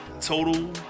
total